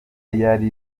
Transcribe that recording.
yari